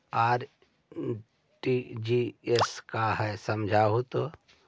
RTGS का है समझाहू तो?